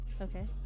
Okay